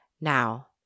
now